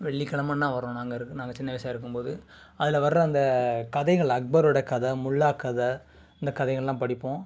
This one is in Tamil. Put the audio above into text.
வெள்ளிக்கிழமன்னா வரும் நாங்கள் இரு நாங்கள் சின்ன வயசாக இருக்கும் போது அதில் வர அந்த கதைகள் அக்பர்ரோட கதை முல்லா கதை இந்த கதைங்கெல்லாம் படிப்போம்